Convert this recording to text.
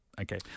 Okay